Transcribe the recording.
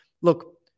look